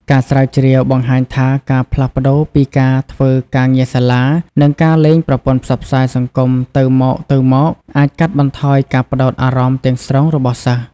ការស្រាវជ្រាវបង្ហាញថាការផ្លាស់ប្តូរពីការធ្វើការងារសាលា និងលេងប្រព័ន្ធផ្សព្វផ្សាយសង្គមទៅមកៗ អាចកាត់បន្ថយការផ្តោតអារម្មណ៍ទាំងស្រុងរបស់សិស្ស។